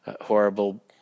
horrible